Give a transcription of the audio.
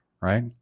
right